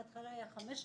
בהתחלה היו חמש כיתות.